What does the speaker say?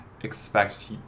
expect